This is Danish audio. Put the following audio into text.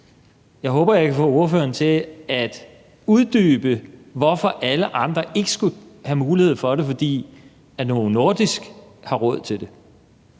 Jeg håber, at jeg kan få ordføreren til at uddybe, hvorfor alle andre ikke skal have mulighed for det, fordi Novo Nordisk har råd til det.